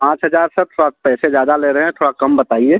पाँच हज़ार सर थोड़ा पैसे ज़्यादा ले रहे हैं थोड़ा कम बताइए